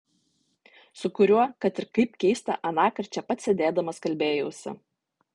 su kuriuo kad ir kaip keista anąkart čia pat sėdėdamas kalbėjausi